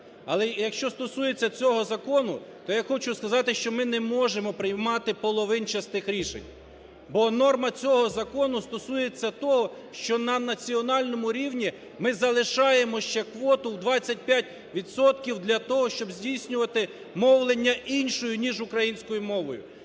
Але, якщо стосується цього закону, то я хочу сказати, що ми не можемо приймати половинчастих рішень, бо норма цього закону стосується того, що на національному рівні ми залишаємо ще квоту в 25 відсотків для того, щоб здійснювати мовлення іншою, ніж українською мовою.